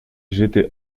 j’étais